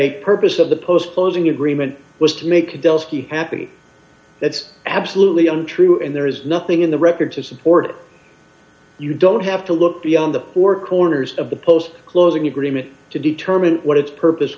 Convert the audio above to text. a purpose of the post closing agreement was to make belsky d happy that's absolutely untrue and there is nothing in the record to support you don't have to look beyond the four corners of the post closing agreement to determine what its purpose